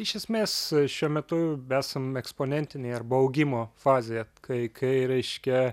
iš esmės šiuo metu esam eksponentinėj arba augimo fazėje kai kai reiškia